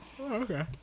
Okay